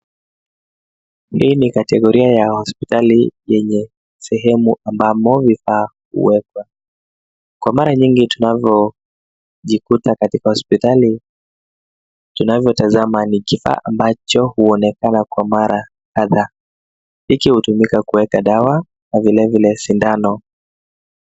Hii ni kategoria ya hospitali yenye sehemu ambamo vifaa huwekwa . Kwa mara nyingi tunavyojikuta katika hospitali, tunavyotazama ni kifaa ambacho huonekana kwa mara kadhaa. Hiki hutumika kuweka dawa na vilevile sindano.